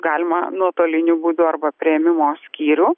galima nuotoliniu būdu arba priėmimo skyrių